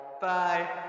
Bye